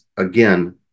Again